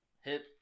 hit